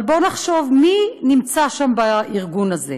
אבל בואו נחשוב מי נמצא שם, בארגון הזה: